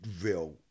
real